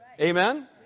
Amen